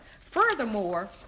Furthermore